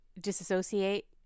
disassociate